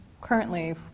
currently